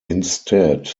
instead